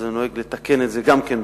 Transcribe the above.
אז אני נוהג לתקן את זה גם כן ברבים.